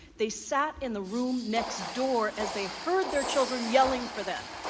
they sat in the room next door as they heard their children yelling for them.